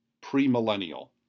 pre-millennial